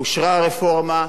אושרה רפורמה,